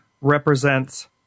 represents